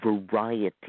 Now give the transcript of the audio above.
variety